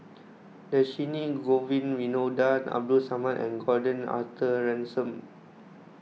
Dhershini Govin Winodan Abdul Samad and Gordon Arthur Ransome